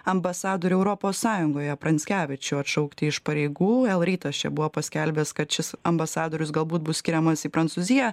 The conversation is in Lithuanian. ambasadorių europos sąjungoje pranckevičių atšaukti iš pareigų l rytas čia buvo paskelbęs kad šis ambasadorius galbūt bus skiriamas į prancūziją